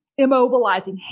immobilizing